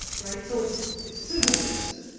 right, so it's it's sisyphus.